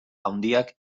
handiak